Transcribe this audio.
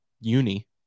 uni